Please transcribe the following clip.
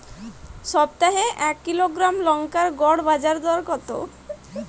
সপ্তাহে এক কিলোগ্রাম লঙ্কার গড় বাজার দর কতো?